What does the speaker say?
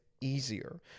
easier